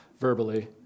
verbally